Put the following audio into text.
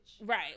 Right